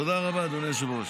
תודה רבה, אדוני היושב-ראש.